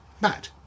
Matt